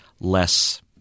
less